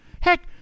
Heck